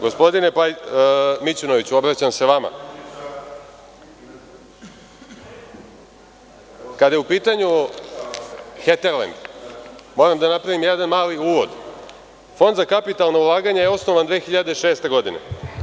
Gospodine Mićunoviću, obraćam se vama, kada je u pitanju „Heterlend“, moram da napravim jedan mali uvod, Fond za kapitalno ulaganje je osnovan 2006. godine.